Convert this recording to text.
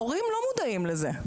הורים לא מודעים לזה.